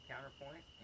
Counterpoint